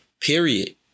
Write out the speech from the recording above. Period